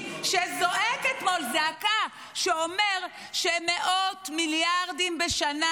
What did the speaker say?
שזועק אתמול זעקה ואומר שמאות מיליארדים בשנה